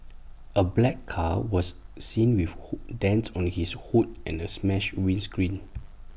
A black car was seen with who dents on its hood and A smashed windscreen